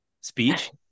speech